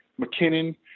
McKinnon